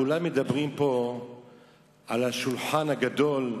כולם מדברים פה על השולחן הגדול,